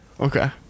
okay